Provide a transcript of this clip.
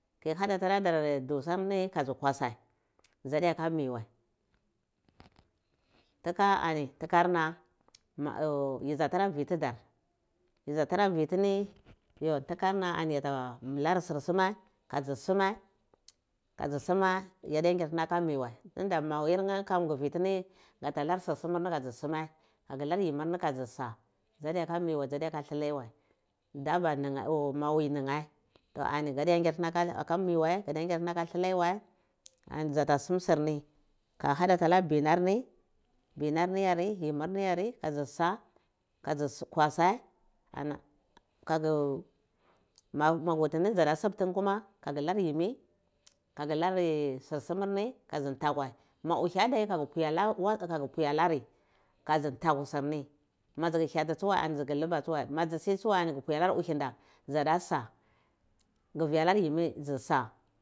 Ki hada da nar dusarni ka dzi kwasae dzadiya ka miwai ntika ani nkikarna yi dza tara vi tidar yi dzatana vitini yo ntikar na ani yata nar sursume ta dzi suma ka dzu su mar ya dzuwai nyat tine akami wai tunda mawir nyekamgivitni gatalar sur sumurni ka dzi sumai gi lar yimmirni kadza sa dzadiy ayaka mi wai dzadiya ka tsalai wai hda ba mayi nine to gadiya ngyar tini akamiwa gadiya nyat tini aka liyal wai ani dzata sum surni ka hadatalai binarni binarni yare yimimni yare ka dzi sa ka dza kwase ani kagi kagilar yimmi kugilari sirsimarni kazi tanku ma uhi adai kaga mpwi alari ka dzi ntaku sirni madzu hyeta tsuwae kadzi liba madzu kudzi tsuwae ani aga mpwi alari uhinda dzi da sa geh vi alar yimi dzada sa